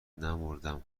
نمـردم